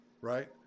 right